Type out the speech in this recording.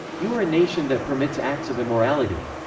you are a nation that permits acts of immorality